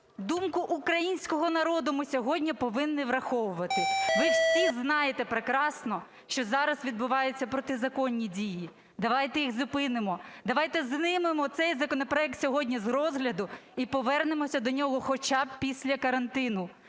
думку українського народу ми сьогодні повинні враховувати. Ви всі знаєте прекрасно, що зараз відбуваються протизаконні дії. Давайте їх зупинимо. Давайте знімемо цей законопроект сьогодні з розгляду і повернемося до нього хоча б після карантину.